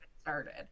started